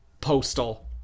Postal